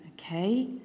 okay